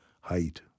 height